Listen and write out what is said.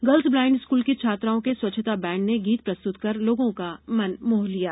girls blind school की छात्राओं के स्वच्छता बैंड ने गीत प्रस्तुत कर लोगों का मन मोह लिया